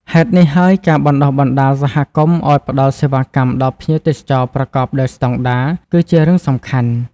ហេតុនេះហើយ ការបណ្ដុះបណ្ដាលសហគមន៍ឱ្យផ្ដល់សេវាកម្មដល់ទេសចរណ៍ប្រកបដោយស្តង់ដារ គឺជារឿងសំខាន់។